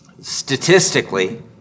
Statistically